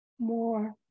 More